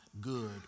good